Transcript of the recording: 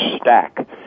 Stack